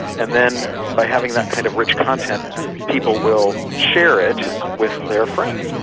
and then by having that kind of rich content people will share it with their friends.